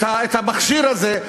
את המכשיר הזה,